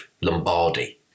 Lombardy